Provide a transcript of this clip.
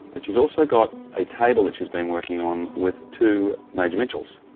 but she's also got a table that she's been working on with two major mitchell's,